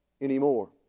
anymore